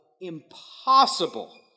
impossible